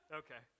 okay